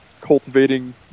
cultivating